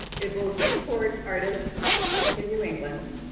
it will support artists in new england,